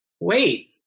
wait